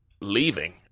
leaving